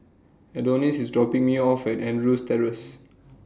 Adonis IS dropping Me off At Andrews Terrace